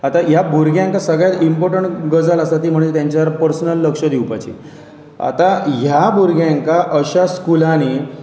आतां ह्या भुरग्यांकां सगळ्यांत इम्पोर्टंट गजाल आसा ती म्हणजे तेंच्यार पर्सनल लक्ष दिवपाची आतां ह्या भुरग्यांक अशा स्कुलांनी